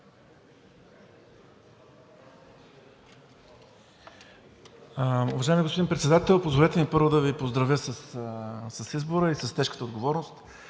Уважаеми господин Председател, позволете ми първо да Ви поздравя с избора и с тежката отговорност.